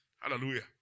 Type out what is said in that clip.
Hallelujah